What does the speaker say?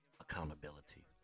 accountability